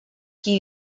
qui